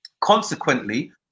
Consequently